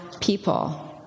people